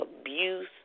abuse